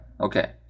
okay